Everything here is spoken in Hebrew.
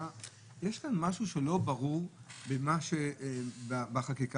יש כאן משהו לא ברור בהצעת החוק.